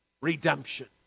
redemption